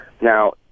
Now